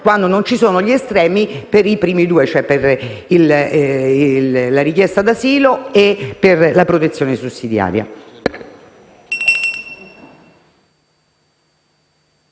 quando non ci sono gli estremi per i primi due, la richiesta d'asilo e la protezione sussidiaria.